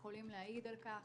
יכולים להעיד על כך